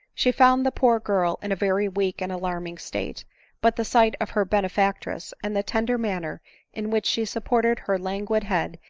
she found the poor girl in a very weak and alarming state but the sight of her benefactress, and the tender manner in which she supported her lauguid head,